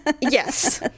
yes